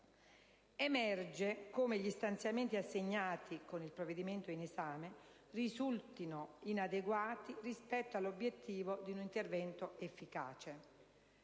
Emerge come gli stanziamenti assegnati con il provvedimento in esame risultino inadeguati rispetto all'obiettivo di un intervento efficace.